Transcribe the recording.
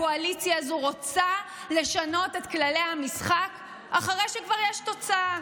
הקואליציה הזו רוצה לשנות את כללי המשחק אחרי שכבר יש תוצאה.